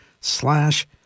slash